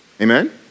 Amen